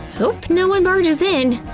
hope no one barges in